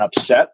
upset